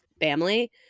family